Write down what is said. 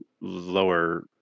lower